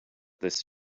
this